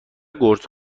قرص